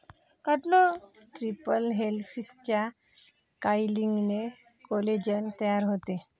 triple हेलिक्सच्या कॉइलिंगने collagen तयार होते